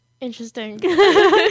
Interesting